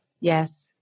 Yes